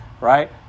right